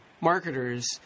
marketers